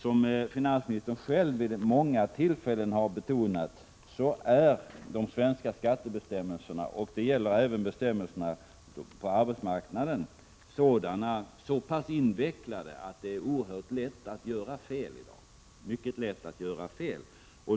Som finansministern själv vid många tillfällen har betonat är de svenska skattebestämmelserna — och det gäller även bestämmelserna på arbetsmarknaden — så pass invecklade att det i dag är mycket lätt att göra fel.